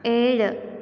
ഏഴ്